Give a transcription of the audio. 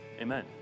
Amen